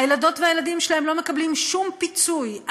הילדות והילדים שלהן לא מקבלים שום פיצוי,